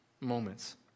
moments